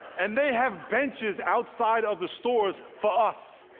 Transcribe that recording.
and they have benches outside of the stores for us.